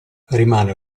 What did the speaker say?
rimane